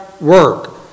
work